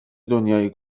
دنیای